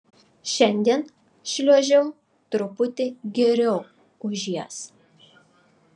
šiandien šliuožiau truputį geriau už jas